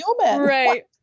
right